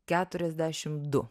keturiasdešim du